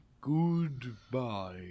Goodbye